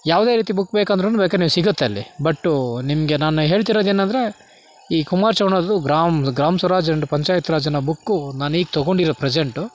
ಯಾವುದೇ ರೀತಿ ಬುಕ್ ಬೇಕಂದ್ರು ಬೇಕಾದ್ರೆ ಸಿಗುತ್ತೆ ಅಲ್ಲಿ ಬಟ್ಟು ನಿಮಗೆ ನಾನು ಹೇಳ್ತಿರೋದು ಏನಂದರೆ ಈ ಕುಮಾರ ಚೌಹಾನ್ ಅವ್ರದು ಗ್ರಾಮ್ ಗ್ರಾಮ್ ಸ್ವರಾಜ್ ಆ್ಯಂಡ್ ಪಂಚಾಯತ್ ರಾಜ್ ಅನ್ನೋ ಬುಕ್ಕು ನಾನು ಈಗ ತಗೊಂಡಿರೋದು ಪ್ರೆಸೆಂಟು